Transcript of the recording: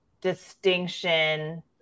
distinction